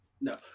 no